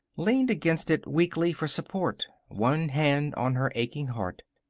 leaned against it weakly for support, one hand on her aching heart.